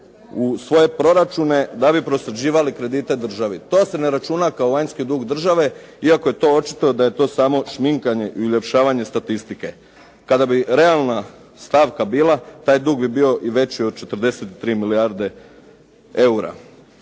u svoje proračune da bi prosljeđivale kredite državi. To se ne računa kao vanjski dug države, iako je to očito da je to samo šminkanje i uljepšavanje statistike. Kada bi realna stavka bila, taj dug bi bio i veći od 43 milijarde eura.